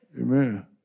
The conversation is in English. Amen